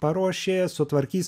paruošė sutvarkys